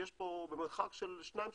יש פה במרחק של שניים,